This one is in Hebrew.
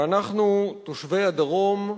ואנחנו, תושבי הדרום,